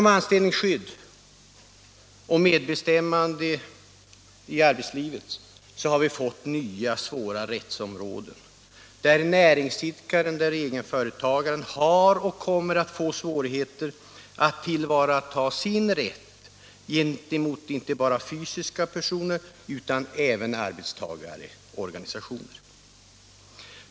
Om anställningsskydd och medbestämmande i arbetslivet har vi fått nya stora rättsområden, där näringsidkarna och egenföretagarna har och kommer att få svårigheter att tillvarata sin rätt gentemot inte bara fysiska personer utan även gentemot arbetstagarorganisationer.